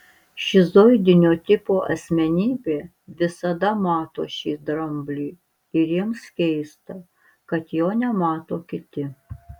šizoidinio tipo asmenybė visada mato šį dramblį ir jiems keista kad jo nemato kiti